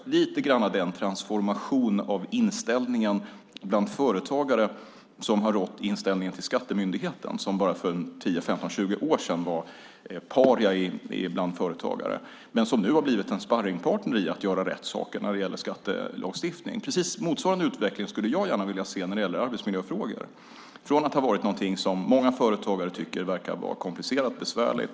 Det har skett lite grann av en transformation i inställningen bland företagare till skattemyndigheten, som för bara femton tjugo år sedan var paria bland företagare men nu har blivit en sparringpartner för att göra rätt saker när det gäller skattelagstiftning. Precis motsvarande utveckling skulle jag gärna vilja se när det gäller företagare och arbetsmiljöfrågor. Många företagare tycker att det verkar vara komplicerat och besvärligt.